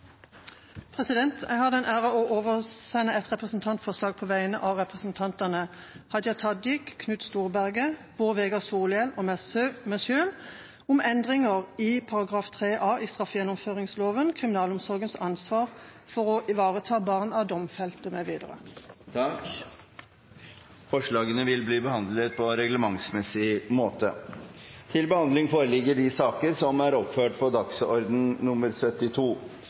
representantforslag. Jeg har den ære av å sette fram et representantforslag på vegne av representantene Hadia Tajik, Knut Storberget, Bård Vegar Solhjell og meg selv om endringer i § 3 i straffegjennomføringsloven – kriminalomsorgens ansvar for å ivareta barn av domfelte m.v. Forslagene vil bli behandlet på reglementsmessig måte. Før sakene på dagens kart tas opp til behandling,